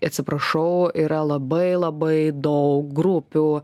atsiprašau yra labai labai daug grupių